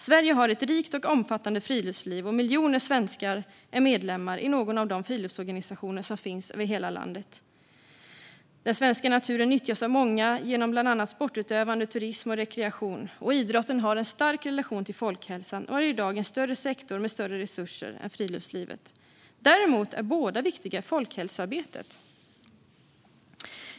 Sverige har ett rikt och omfattande friluftsliv. Miljoner svenskar är medlemmar i någon av de friluftsorganisationer som finns över hela landet. Den svenska naturen nyttjas av många genom bland annat sportutövande, turism och rekreation. Idrotten har en stark relation till folkhälsan och är i dag en större sektor med större resurser än friluftslivet. Däremot är båda viktiga i folkhälsoarbetet.